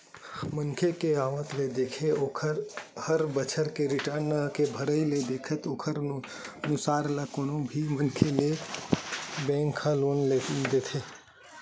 मनखे के आवक ल देखके ओखर हर बछर के रिर्टन के भरई ल देखके ओखरे अनुसार ले कोनो भी मनखे ल बेंक ह लोन देथे